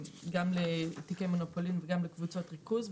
לתיקי מונופולין וגם לקבוצות ריכוז.